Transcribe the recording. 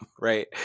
right